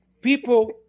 people